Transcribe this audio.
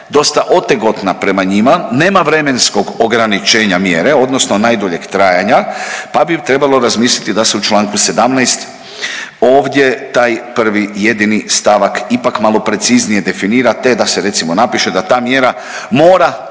dosta otegotna prema njima, nema vremenskog ograničenja mjere odnosno najduljeg trajanja, pa bi trebalo razmisliti da se u čl. 17. ovdje taj prvi i jedini stavak ipak malo preciznije definira, te da se recimo napiše da ta mjera mora